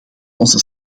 onze